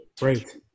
Right